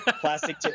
plastic